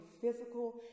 physical